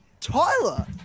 Tyler